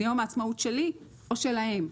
זה יום העצמאות שלי או שלהם?